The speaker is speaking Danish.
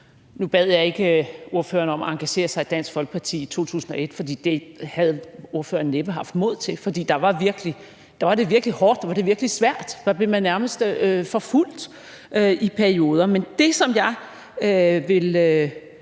Nu bad jeg ikke ordføreren om at engagere sig i Dansk Folkeparti i 2001, for det havde ordføreren næppe haft mod til. For da var det virkelig hårdt, da var det virkelig svært, da blev man nærmest forfulgt i perioder. Men det, som jeg ville